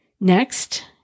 Next